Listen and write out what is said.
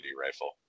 rifle